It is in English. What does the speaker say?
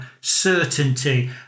certainty